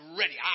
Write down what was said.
ready